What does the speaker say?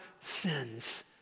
sins